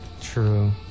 True